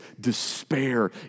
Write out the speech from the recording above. despair